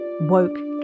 woke